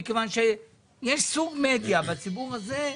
לא הגיעו כי יש סוג מדיה בציבור הזה,